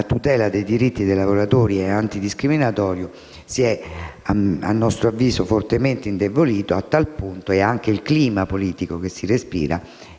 a tutela dei diritti dei lavoratori e antidiscriminatorio - si è, a nostro avviso, fortemente indebolito (anche a causa del clima politico che si respira),